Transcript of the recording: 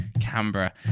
Canberra